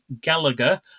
Gallagher